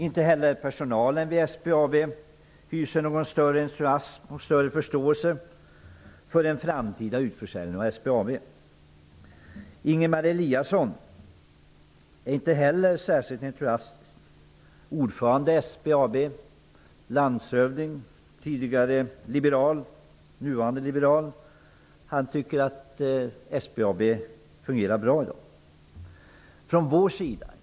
Inte heller personalen vid SBAB hyser någon större entusiasm och större förståelse för en framtida försäljning av SBAB. Ingemar Eliasson är inte heller särskilt entusiastisk. Han är ordförande i SBAB, landshövding och liberal, och han tycker att SBAB fungerar bra i dag.